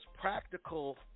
practical